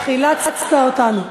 חילצת אותנו.